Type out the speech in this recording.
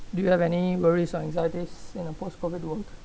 do you have any worries or anxieties in a post COVID world